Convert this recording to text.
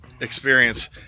experience